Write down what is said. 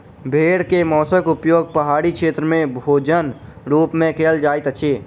भेड़ के मौंसक उपयोग पहाड़ी क्षेत्र में भोजनक रूप में कयल जाइत अछि